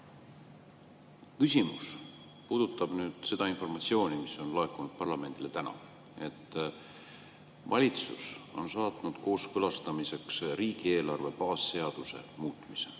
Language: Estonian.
Küsimus puudutab informatsiooni, mis laekus parlamendile täna. Valitsus on saatnud kooskõlastamiseks riigieelarve baasseaduse muutmise,